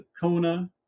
Kona